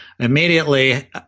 Immediately